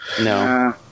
No